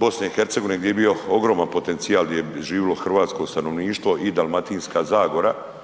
BiH gdje je bio ogroman potencijal, gdje je živjelo hrvatsko stanovništvo i Dalmatinska zagora